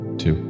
two